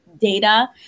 data